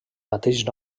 mateix